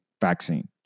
vaccine